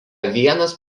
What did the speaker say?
vienas